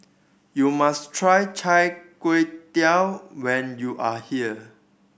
you must try Char Kway Teow when you are here